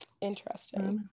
interesting